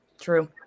True